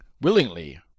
Willingly